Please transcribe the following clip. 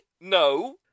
no